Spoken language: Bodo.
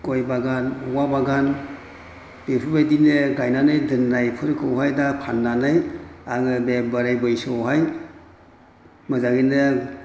गय बागान औवा बागान बेफोरबायदिनो गायनानै दोननायफोरखौहाय दा फाननानै आङो बे बोराय बैसोआवहाय मोजाङैनो